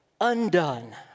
undone